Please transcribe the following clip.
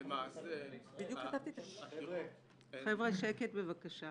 חבר'ה, שקט, בבקשה.